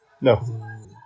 No